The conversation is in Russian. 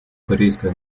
корейская